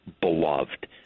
beloved